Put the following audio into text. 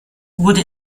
wurde